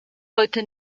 heute